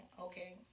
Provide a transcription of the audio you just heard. okay